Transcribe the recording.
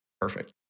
Perfect